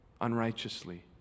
unrighteously